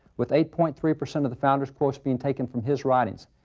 with eight point three percent of the founders' quotes being taken from his writings.